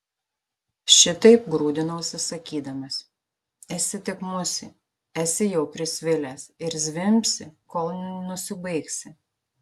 šitaip grūdinausi sakydamas esi tik musė esi jau prisvilęs ir zvimbsi kol nusibaigsi